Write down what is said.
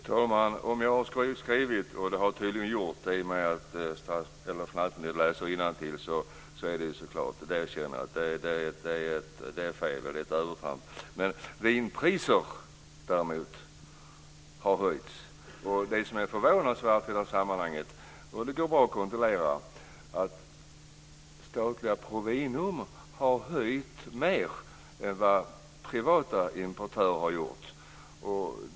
Fru talman! Om jag har skrivit så - det har jag tydligen gjort - är det fel. Det erkänner jag. Det är ett övertramp. Men vinpriserna har höjts. Det som är förvånansvärt i detta sammanhang - det går bra att kontrollera - är att statliga Provinum har höjt priserna mer än vad privata importörer har gjort.